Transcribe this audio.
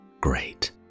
Great